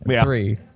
Three